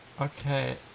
Okay